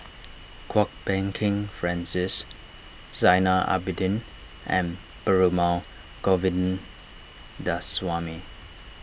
Kwok Peng Kin Francis Zainal Abidin and Perumal Govindaswamy